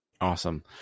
Awesome